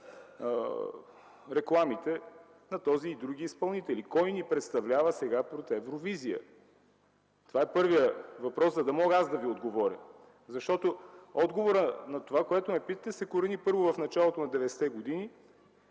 рекламите на този и други изпълнители? Кой ни представлява сега пред „Евровизия”? Това е първият въпрос, за да мога аз да Ви отговоря. Защото отговорът на това, което ме питате, се корени в началото на 90-те години